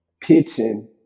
pitching